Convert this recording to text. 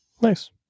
Nice